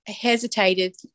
hesitated